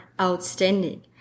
outstanding